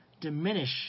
diminish